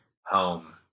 home